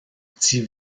petit